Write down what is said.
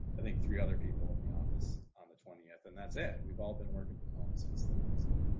i think three other people in the office on the twentieth, and that's it. we've all been working from home since then, so.